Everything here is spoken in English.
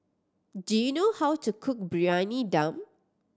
do you know how to cook Briyani Dum